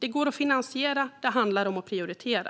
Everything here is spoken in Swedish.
Det går att finansiera. Det handlar om att prioritera.